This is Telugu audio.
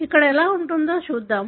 ఇక్కడ ఎలా ఉంటుందో చూద్దాం